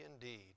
indeed